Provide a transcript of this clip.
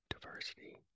diversity